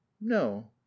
no